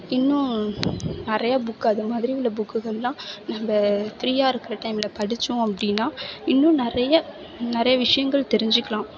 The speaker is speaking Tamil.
இன்னும் நிறையா புக்கு அது மாதிரி உள்ள புக்குகளெல்லாம் நம்ம ஃப்ரீயாக இருக்கிற டைமில் படித்தோம் அப்படின்னா இன்னும் நிறைய நிறைய விஷயங்கள் தெரிஞ்சுக்கலாம்